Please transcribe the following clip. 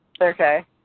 Okay